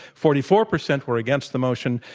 forty four percent were against the motion,